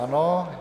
Ano.